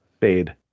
Fade